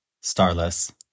Starless